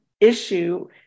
issue